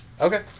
Okay